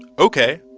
ok,